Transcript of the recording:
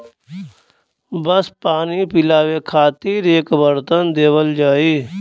बस पानी लियावे खातिर एक बरतन देवल जाई